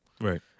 Right